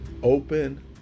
Open